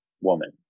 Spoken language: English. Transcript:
woman